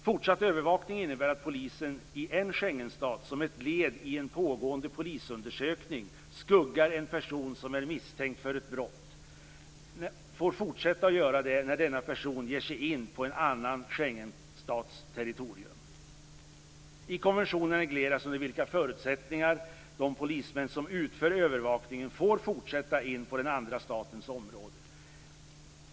Fortsatt övervakning innebär att polisen i en Schengenstat, som ett led i en pågående polisundersökning skuggar en person som är misstänkt för ett brott, får fortsätta att göra det när denna person ger sig in på en annan Schengenstats territorium. I konventionen regleras under vilka förutsättningar de polismän som utför övervakningen får fortsätta in på den andra statens område.